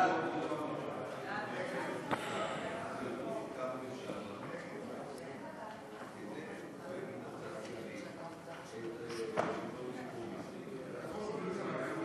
הצעת ועדת הכנסת להעביר את הצעת חוק אמות המידה לזכאות